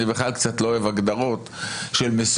זה אני בכלל לא אוהב הגדרות מסורתי,